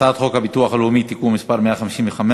הצעת חוק הביטוח הלאומי (תיקון מס' 155)